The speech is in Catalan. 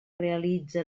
realitze